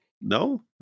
no